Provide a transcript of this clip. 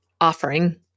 offering